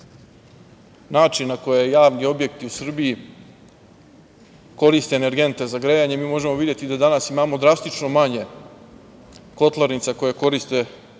način na koje javni objekti u Srbiji koriste energente za grejanje, mi možemo videti da imamo drastično manje kotlarnica koje koriste ekološki